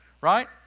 right